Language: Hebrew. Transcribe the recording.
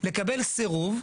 לקבל סירוב,